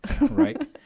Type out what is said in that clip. Right